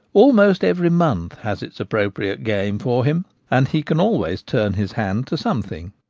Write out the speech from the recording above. almost every month has its appropriate game for him, and he can always turn his hand to something.